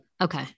okay